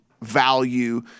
value